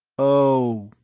oh.